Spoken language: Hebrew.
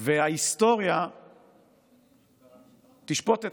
ההיסטוריה תשפוט אתכם.